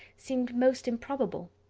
seemed most improbable.